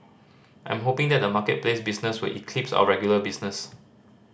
I'm hoping that the marketplace business will eclipse our regular business